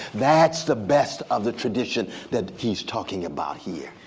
that's the best of the tradition that he's talking about here.